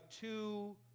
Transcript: two